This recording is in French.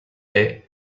est